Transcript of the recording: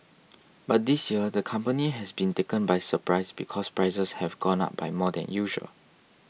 but this year the company has been taken by surprise because prices have gone up by more than usual